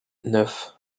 neuf